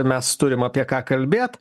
mes turim apie ką kalbėt